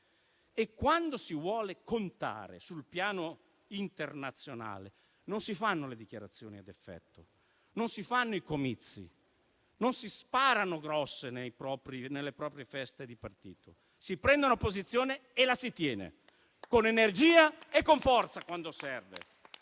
Quando si vuole contare sul piano internazionale, non si fanno le dichiarazioni ad effetto e i comizi e non le si sparano grosse nelle proprie feste di partito; si prende una posizione e la si tiene, con energia e con forza, quando serve.